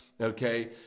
okay